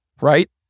right